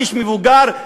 איש מבוגר,